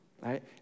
right